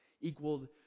equaled